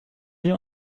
wir